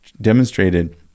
demonstrated